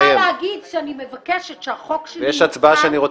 אני רוצה לומר שאני מבקשת שהחוק שלי יוחל